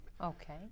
Okay